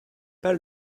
pas